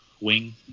wing